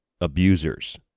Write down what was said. abusers